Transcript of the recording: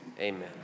amen